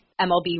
MLB